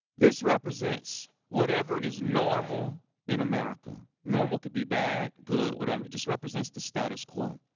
this represents whatever is normal in america. normal could be bad, good, whatever, it just represents the status quo.